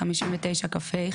59כה,